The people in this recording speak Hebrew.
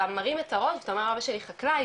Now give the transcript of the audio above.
אתה מרים את הראש ואתה אומר אבא שלי חקלאי,